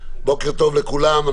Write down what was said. בוקר טוב לכולם,